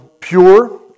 pure